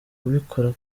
kubikora